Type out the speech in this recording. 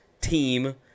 team